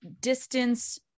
distance